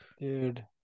Dude